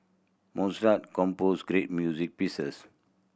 Mozart composed great music pieces